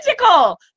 magical